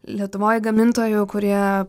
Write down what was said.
lietuvoj gamintojų kurie